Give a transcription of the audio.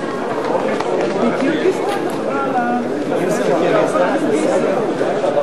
אנחנו מחדשים את הישיבה ופותחים בהודעה אני מקווה שהיא קצרה,